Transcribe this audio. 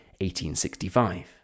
1865